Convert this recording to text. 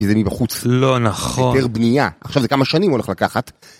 כי זה מבחוץ. לא נכון. זה היתר בנייה. עכשיו זה כמה שנים הולך לקחת.